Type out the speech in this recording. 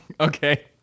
Okay